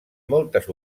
moltes